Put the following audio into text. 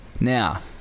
now